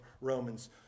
Romans